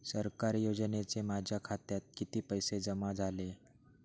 सरकारी योजनेचे माझ्या खात्यात किती पैसे जमा झाले?